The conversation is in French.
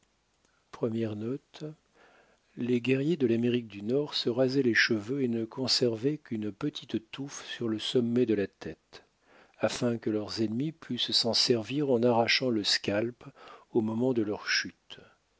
note les guerriers de l'amérique du nord se rasaient les cheveux et ne conservaient qu'une petite touffe sur le sommet de la tête afin que leurs ennemis pussent s'en servir en arrachant le scalp au moment de leur chute